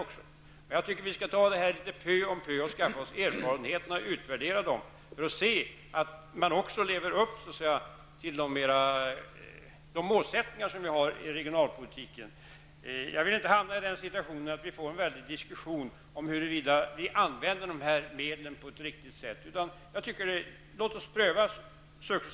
Jag tycker emellertid att vi skall ta detta litet pö om pö och skaffa oss erfarenheter och utvärdera dem för att se att man också lever upp till de målsättningar som vi har när det gäller regionalpolitiken. Jag vill inte hamna i den situationen att vi får en väldig diskussion om huruvida vi använder dessa medel på ett riktigt sätt. Låt oss successivt pröva detta.